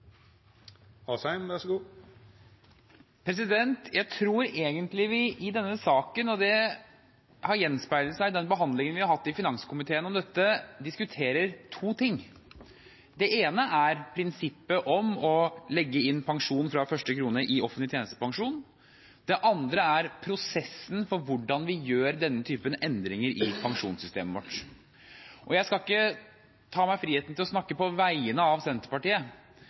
det til. Så dette synes jeg er en trist dag, men neste gang kommer vi til å vinne, for dette er en rettferdig sak. Jeg tror egentlig vi i denne saken – og det har gjenspeilet seg i den behandlingen vi har hatt i finanskomiteen om dette – diskuterer to ting. Det ene er prinsippet om å legge inn pensjon fra første krone i offentlig tjenestepensjon. Det andre er prosessen for hvordan vi gjør denne typen endringer i pensjonssystemet